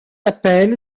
appel